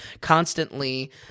constantly